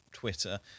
twitter